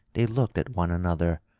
they looked at one another,